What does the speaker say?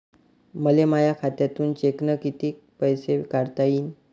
मले माया खात्यातून चेकनं कितीक पैसे काढता येईन?